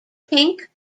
pink